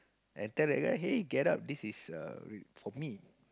and tell that guy hey get up this is err for me